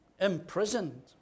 imprisoned